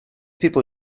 people